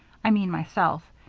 i mean myself.